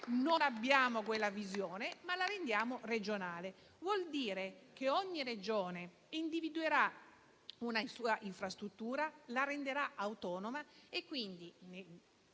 non abbiamo quella visione, ma la rendiamo regionale. Ciò vuol dire che ogni Regione individuerà una sua infrastruttura, la renderà autonoma e quindi,